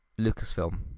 Lucasfilm